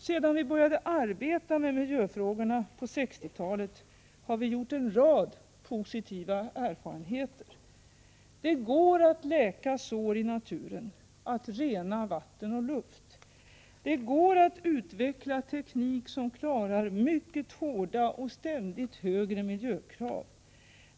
Sedan vi började arbeta med miljöfrågorna på 1960-talet har vi gjort en rad positiva erfarenheter: det går att läka sår i naturen, att rena vatten och luft. Det går att utveckla teknik, som klarar mycket hårda och ständigt högre miljökrav.